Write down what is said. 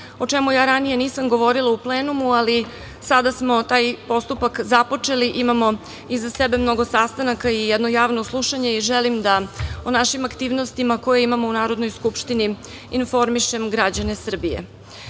o čemu ja ranije nisam govorila u plenumu, ali sada smo taj postupak započeli. Imamo iza sebe mnogo sastanaka i jedno javno slušanje i želim da o našim aktivnostima koje imamo u Narodnoj skupštini informišem građane Srbije. Naime,